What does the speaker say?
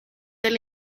del